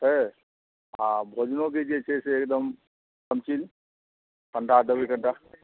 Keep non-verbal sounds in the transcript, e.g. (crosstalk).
(unintelligible) आ भोजनो के जे छै से एकदम (unintelligible)